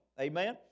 Amen